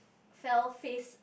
fell face